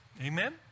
Amen